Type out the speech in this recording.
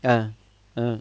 ah um